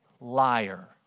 liar